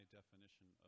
definition